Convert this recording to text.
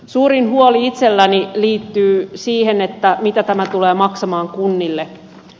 suurin huoli itselläni liittyy siihen mitä tämä tulee maksamaan kunnille